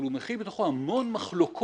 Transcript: אבל הוא מכיל בתוכו המון מחלוקות